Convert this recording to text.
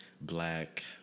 Black